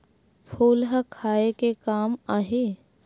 फूल ह खाये के काम आही?